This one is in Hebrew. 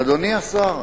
אדוני השר: